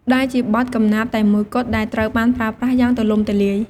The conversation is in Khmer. ដែលជាបទកំណាព្យតែមួយគត់ដែលត្រូវបានប្រើប្រាស់យ៉ាងទូលំទូលាយ។